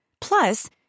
Plus